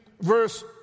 verse